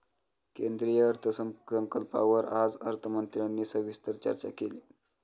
केंद्रीय अर्थसंकल्पावर आज अर्थमंत्र्यांनी सविस्तर चर्चा केली